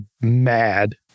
mad